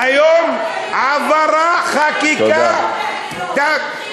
היום, היום, עברה חקיקה, תודה.